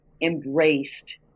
embraced